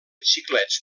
xiclets